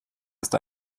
ist